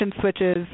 switches